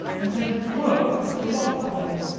and set him to work to pick the lock for me.